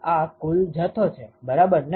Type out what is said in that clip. આ કુલ જથ્થો છે બરાબર ને